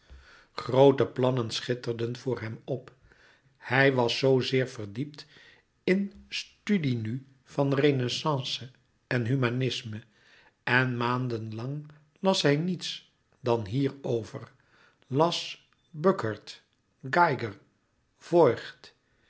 groote plannen schitterden voor hem op hij was z zeer verdiept in studie nu van renaissance en humanisme en maanden lang las hij niets dan hierover las burckhardt geiger voigt